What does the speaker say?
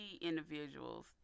individuals